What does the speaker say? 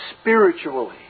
spiritually